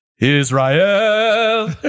Israel